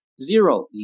Zero